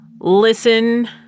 listen